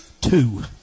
Two